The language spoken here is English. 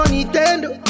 Nintendo